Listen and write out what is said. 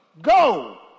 Go